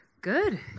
Good